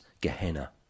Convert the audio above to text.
Gehenna